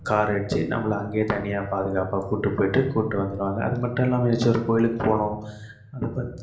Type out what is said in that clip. காரை வச்சு நம்மளை அங்கேயே தனியாக பாதுகாப்பாக கூட்டு போய்விட்டு கூட்டு வந்துருவாங்க அது மட்டும் இல்லாம ஏதாச்சு ஒரு கோயிலுக்கு போகணும் அது பத்